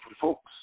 folks